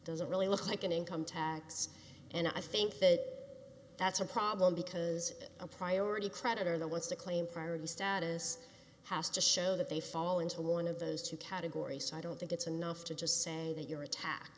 doesn't really look like an income tax and i think that that's a problem because a priority creditor the wants to claim priority status has to show that they fall into one of those two categories so i don't think it's enough to just say that you're a ta